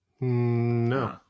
No